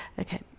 Okay